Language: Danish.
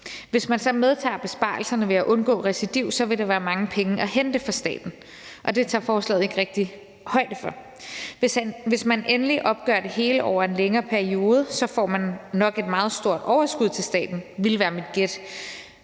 Hvis man så medtager besparelserne ved at undgå recidiv, vil der være mange penge at hente for staten, og det tager forslaget ikke rigtig højde for. Hvis man endelig opgør det hele over en længere periode, får man nok et meget stort overskud til staten, ville være mit gæt.